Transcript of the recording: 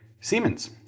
Siemens